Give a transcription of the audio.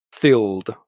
filled